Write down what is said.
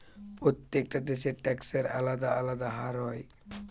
প্রত্যেকটা দেশে ট্যাক্সের আলদা আলদা হার হয়